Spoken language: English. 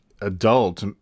adult